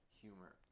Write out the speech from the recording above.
humor